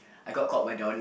I got called Madonna